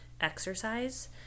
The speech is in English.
exercise